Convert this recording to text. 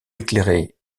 éclairé